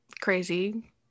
crazy